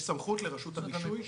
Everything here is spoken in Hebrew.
יש סמכות לרשות הרישוי.